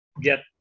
get